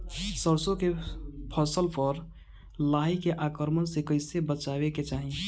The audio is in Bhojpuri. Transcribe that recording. सरसो के फसल पर लाही के आक्रमण से कईसे बचावे के चाही?